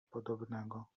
podobnego